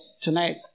tonight